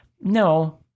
No